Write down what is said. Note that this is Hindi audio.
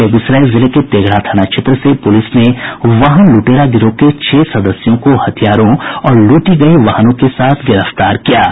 बेगूसराय जिले के तेघड़ा थाना क्षेत्र से पुलिस ने वाहन लूटेरा गिरोह के छह सदस्यों को हथियारों और लूटी गयी वाहनों के साथ गिरफ्तार किया है